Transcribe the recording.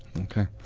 Okay